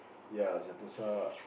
ya sentosa